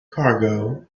cargo